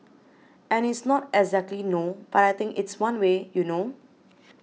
and it's not exactly no but I think it's one way you know